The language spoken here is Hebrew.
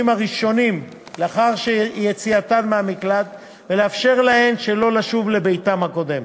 הראשונים לאחר יציאתן מהמקלט ולאפשר להן שלא לשוב לביתן הקודם.